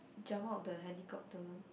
jump out the helicopter